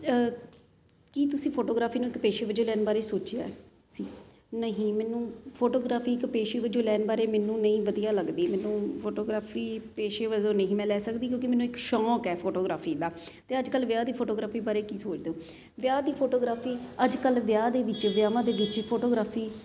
ਕੀ ਤੁਸੀਂ ਫੋਟੋਗ੍ਰਾਫੀ ਨੂੰ ਇੱਕ ਪੇਸ਼ੇ ਵੱਜੋਂ ਲੈਣ ਬਾਰੇ ਸੋਚਿਆ ਸੀ ਨਹੀਂ ਮੈਨੂੰ ਫੋਟੋਗਰਾਫੀ ਇੱਕ ਪੇਸ਼ੇ ਵੱਜੋਂ ਲੈਣ ਬਾਰੇ ਮੈਨੂੰ ਨਹੀਂ ਵਧੀਆ ਲੱਗਦੀ ਮੈਨੂੰ ਫੋਟੋਗ੍ਰਾਫੀ ਪੇਸ਼ੇ ਵਜੋਂ ਨਹੀਂ ਮੈਂ ਲੈ ਸਕਦੀ ਕਿਉਂਕਿ ਮੈਨੂੰ ਇੱਕ ਸ਼ੌਂਕ ਹੈ ਫੋਟੋਗ੍ਰਾਫੀ ਦਾ ਅਤੇ ਅੱਜ ਕੱਲ੍ਹ ਵਿਆਹ ਦੀ ਫੋਟੋਗ੍ਰਾਫੀ ਬਾਰੇ ਕੀ ਸੋਚਦੇ ਹੋ ਵਿਆਹ ਦੀ ਫੋਟੋਗ੍ਰਾਫੀ ਅੱਜ ਕੱਲ੍ਹ ਵਿਆਹ ਦੇ ਵਿੱਚ ਵਿਆਵਾਂ ਦੇ ਵਿੱਚ ਫੋਟੋਗਰਾਫੀ